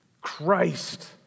Christ